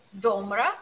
domra